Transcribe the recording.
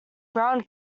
ground